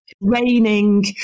raining